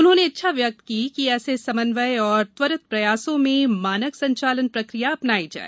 उन्होंने इच्छा व्यक्त की कि ऐसे समन्वय और त्वरित प्रयासों में मानक संचालन प्रक्रिया अपनाई जाए